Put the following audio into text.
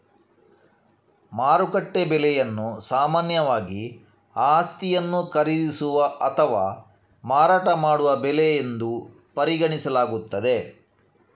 ಮಾರುಕಟ್ಟೆ ಬೆಲೆಯನ್ನು ಸಾಮಾನ್ಯವಾಗಿ ಆಸ್ತಿಯನ್ನು ಖರೀದಿಸುವ ಅಥವಾ ಮಾರಾಟ ಮಾಡುವ ಬೆಲೆ ಎಂದು ಪರಿಗಣಿಸಲಾಗುತ್ತದೆ